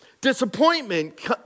Disappointment